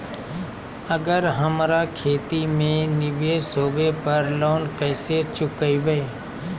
अगर हमरा खेती में निवेस होवे पर लोन कैसे चुकाइबे?